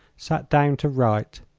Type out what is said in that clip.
sat down to write.